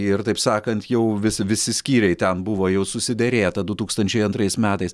ir taip sakant jau vis visi skyriai ten buvo jau susiderėta du tūkstančiai antrais metais